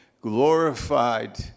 glorified